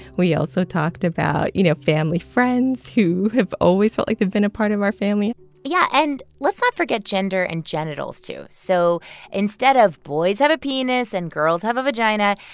we also talked about, you know, family friends who have always felt like they've been a part of our family yeah. and let's not forget gender and genitals, too. so instead of boys have a penis and girls have a vagina,